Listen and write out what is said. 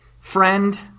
friend